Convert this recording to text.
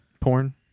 porn